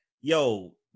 yo